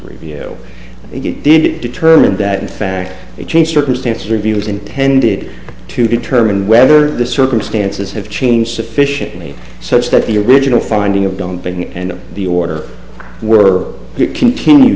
it did it determined that in fact they changed circumstances reveals ended to determine whether the circumstances have changed sufficiently such that the original finding of dumping and the order were continue